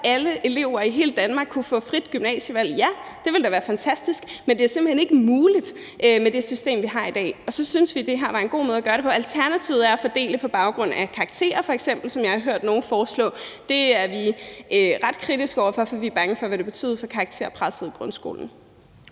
at alle elever i hele Danmark kunne få frit gymnasievalg? Ja, det ville da være fantastisk, men det er simpelt hen ikke muligt med det system, vi har i dag, og så syntes vi, at det her var en god måde at gøre det på. Alternativet er at fordele på baggrund af f.eks. karakterer, som jeg har hørt nogle foreslå. Det er vi ret kritiske over for, fordi vi er bange for, hvad det betyder for karakterpresset i grundskolen.